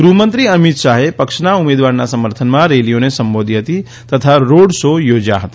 ગૃહમંત્રી અમિત શાહે પક્ષના ઉમેદવારના સમર્થનમાં રેલીઓને સંબોધી હતી તથા રોડશો યોજ્યા હતા